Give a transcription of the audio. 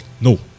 No